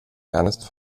ernest